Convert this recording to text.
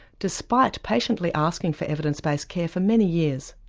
despite patiently asking for evidenced based care for many years.